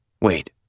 Wait